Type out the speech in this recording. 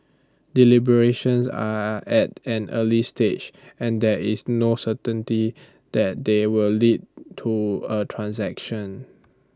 deliberations are at an early stage and there is no certainty that they will lead to A transaction